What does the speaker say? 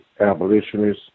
abolitionists